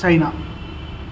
China